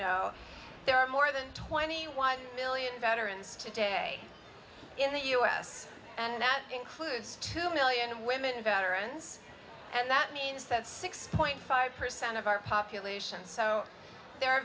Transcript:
know there are more than twenty one million veterans today in the u s and that includes two million women veterans and that means that six point five percent of our population so there are